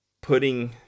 putting